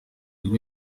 buri